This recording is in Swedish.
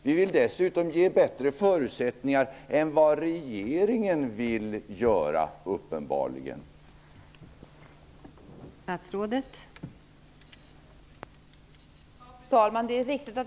Vi vill dessutom ge bättre förutsättningar än vad regeringen uppenbarligen vill ge.